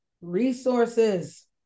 resources